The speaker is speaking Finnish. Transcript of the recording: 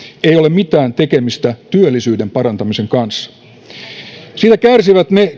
ei ole mitään tekemistä työllisyyden parantamisen kanssa siitä kärsivät ne